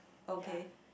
okay